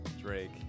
Drake